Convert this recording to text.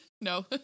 no